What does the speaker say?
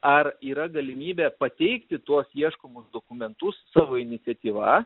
ar yra galimybė pateikti tuos ieškomus dokumentus savo iniciatyva